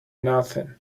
nothing